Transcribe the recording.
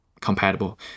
compatible